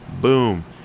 boom